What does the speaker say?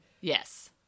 Yes